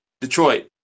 Detroit